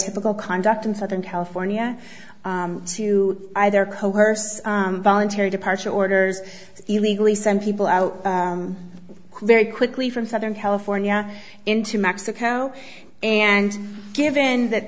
typical conduct in southern california to either coerce voluntary departure orders to illegally send people out very quickly from southern california into mexico and given that